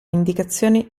indicazioni